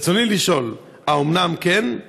רצוני לשאול: 1. האומנם כן?